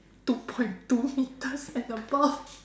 two point two meters and above